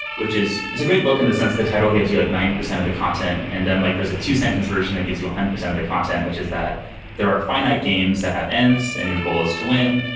which is is a great book in the sense the title gives you like ninety percent of the content and then like there's a two sentence version that gives you one hundred percent of the content, which is that there are finite games that have ends and your goal is to win.